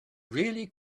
really